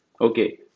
Okay